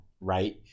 right